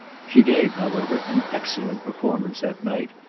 she gave, however, an excellent performance that night,